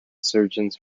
surgeons